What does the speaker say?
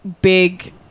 big